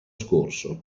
scorso